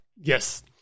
Yes